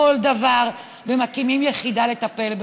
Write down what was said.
על ידי החמאס וכל כסף שמגיע אליהם זה לחפירת